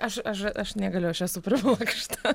aš aš aš negaliu aš esu priblokšta